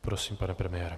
Prosím, pane premiére.